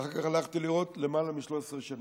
ואחר כך הלכתי לראות לפני למעלה מ-13 שנים.